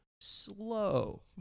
slow